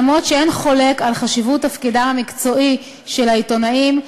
אף שאין חולק על חשיבות תפקידם המקצועי של העיתונאים,